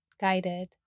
guided